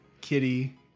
Kitty